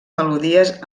melodies